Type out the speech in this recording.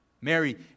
Mary